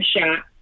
shot